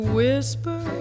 whisper